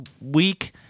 week